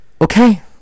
Okay